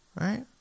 right